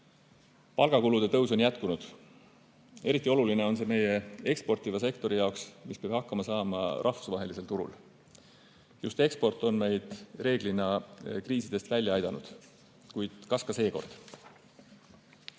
Palgakulude tõus on jätkunud. Eriti oluline on see meie eksportiva sektori jaoks, mis peab hakkama saama rahvusvahelisel turul. Just eksport on meid reeglina kriisidest välja aidanud. Kuid kas ka seekord? Mullu